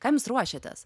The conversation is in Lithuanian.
kam jūs ruošiatės